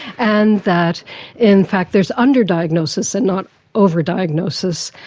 and that in fact there is under-diagnosis and not over-diagnosis,